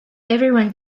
everyone